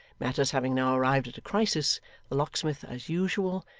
matters having now arrived at a crisis, the locksmith, as usual,